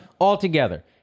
altogether